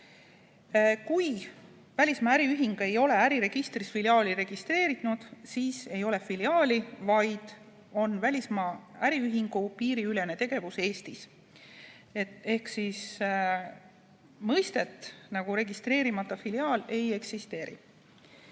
Kui välismaa äriühing ei ole äriregistris filiaali registreerinud, siis ei ole filiaali, vaid on välismaa äriühingu piiriülene tegevus Eestis. Ehk sellist mõistet nagu "registreerimata filiaal" ei eksisteeri.